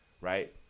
right